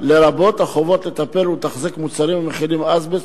לרבות החובות לטפל ולתחזק מוצרים המכילים אזבסט